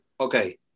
okay